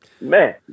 man